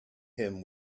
him